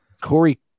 Corey